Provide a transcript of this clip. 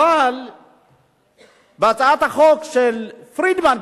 אבל בהצעת החוק של פרידמן,